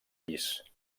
pis